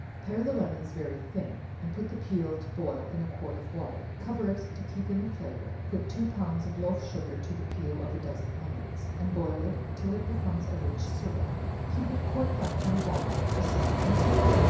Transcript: pare the lemons very thin, and put the peel to boil in a quart of water cover it, to keep in the flavor put two pounds of loaf sugar to the peel of a dozen lemons, and boil it till it becomes a rich syrup keep it corked up in a bottle, to season ice cream.